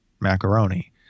macaroni